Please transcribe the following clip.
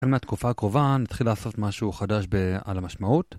כאן מהתקופה הקרובה נתחיל לעשות משהו חדש בעל המשמעות